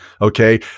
okay